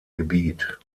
gebiet